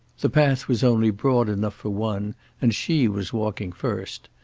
the path was only broad enough for one and she was walking first.